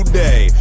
day